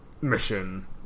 mission